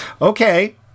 Okay